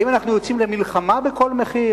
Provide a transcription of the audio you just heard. האם אנחנו יוצאים למלחמה בכל מחיר?